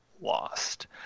lost